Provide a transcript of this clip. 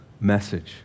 message